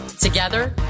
Together